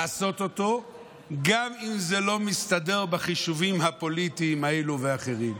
לעשות אותה גם אם זה לא מסתדר בחישובים הפוליטיים האלו ואחרים,